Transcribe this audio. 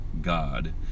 God